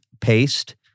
paste